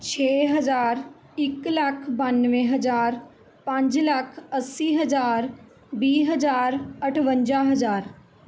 ਛੇ ਹਜ਼ਾਰ ਇੱਕ ਲੱਖ ਬਾਨਵੇਂ ਹਜ਼ਾਰ ਪੰਜ ਲੱਖ ਅੱਸੀ ਹਜ਼ਾਰ ਵੀਹ ਹਜ਼ਾਰ ਅਠਵੰਜਾ ਹਜ਼ਾਰ